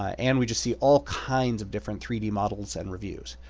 ah and we just see all kinds of different three d models and reviews.